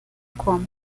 como